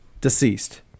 deceased